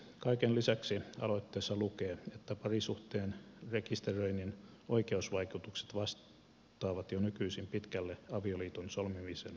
kaiken lisäksi aloitteessa lukee että parisuhteen rekisteröinnin oikeusvaikutukset vastaavat jo nykyisin pitkälle avioliiton solmimisen oikeusvaikutuksia